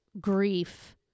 grief